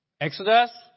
Exodus